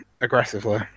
aggressively